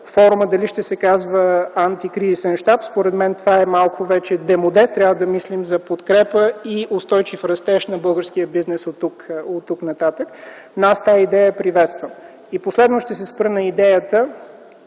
Форумът дали ще се казва „Антикризисен щаб”, според мен това малко вече е демоде, а трябва да мислим вече за подкрепа и устойчив растеж на българския бизнес оттук нататък. Аз тази идея я приветствам. И последно, ще се спра на идеята,